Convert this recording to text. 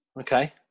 Okay